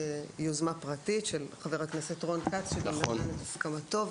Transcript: יוזמה פרטית של חבר הכנסת רון כץ שגם נתן את הסכמתו,